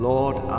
Lord